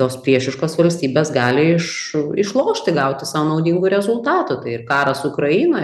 tos priešiškos valstybės gali išlošti gauti sau naudingų rezultatų tai ir karas ukrainoje